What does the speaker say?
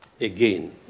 again